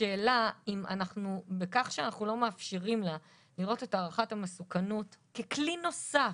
השאלה אם בכך שאנחנו לא מאפשרים לה לראות את הערכת המסוכנות ככלי נוסף,